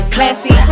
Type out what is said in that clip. Classy